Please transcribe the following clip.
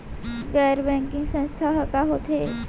गैर बैंकिंग संस्था ह का होथे?